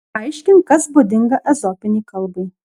paaiškink kas būdinga ezopinei kalbai